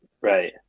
Right